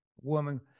woman